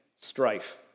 strife